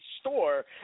store